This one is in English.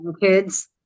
kids